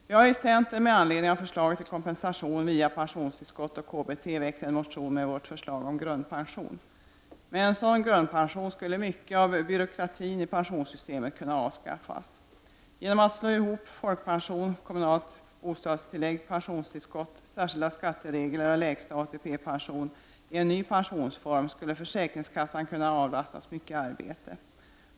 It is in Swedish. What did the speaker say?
Vi har i centern med anledning av förslaget till kompensation via pensionstillskott och kommunalt bostadstillägg väckt en motion med vårt förslag om grundpension. Med en sådan grundpension skulle mycket av byråkratin i pensionssystemet kunna avskaffas. Genom att slå ihop folkpension, kommunalt bostadstillägg, pensionstillskott, särskilda skatteregler och lägsta ATP-pension i en ny pensionsform skulle försäkringskassan kunna avlastas mycket arbete.